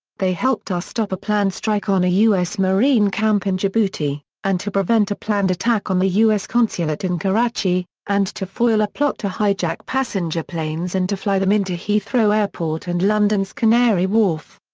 they helped us stop a planned strike on a u s. marine camp in djibouti, and to prevent a planned attack on the u s. consulate in karachi, and to foil a plot to hijack passenger planes and to fly them into heathrow airport and london's canary wharf.